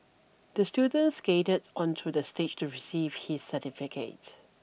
the student skated onto the stage to receive his certificate